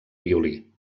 violí